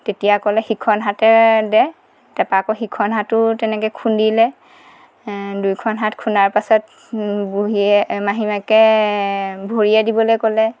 তেতিয়া ক'লে সিখন হাতেৰে দে তাপা আকৌ সিখন হাতো তেনেকৈ খুন্দিলে দুইখন হাত খুন্দাৰ পাছত বুঢ়ীয়ে মাহীমাকে ভৰিৰে দিবলৈ ক'লে